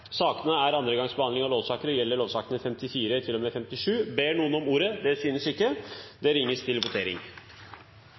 Sakene nr. 12–15 er andre gangs behandling av lovsaker og gjelder lovvedtakene 54 til og med 57. Det